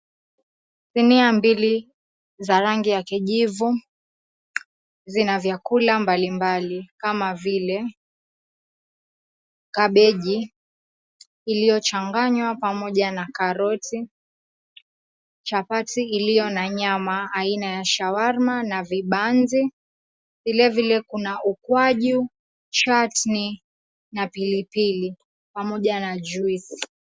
Sinia mbili za rangi ya kijivu zina vyakula mbalimbali kama vile kabeji iliyochanganywa pamoja na karoti, chapati iliyo na nyama aina ya shawarma na vibanzi. Vilevile kuna ukwaju, chatni na pilipili pamoja na juice .